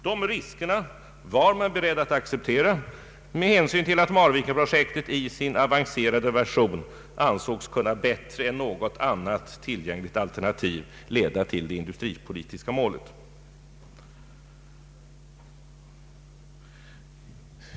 Dessa risker var man emellertid beredd att acceptera med hänsyn till att Marvikenprojektet i sin avancerade version ansågs kunna bättre än något annat tillgängligt alternativ leda till det industripolitiska målet.